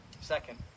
Second